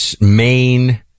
main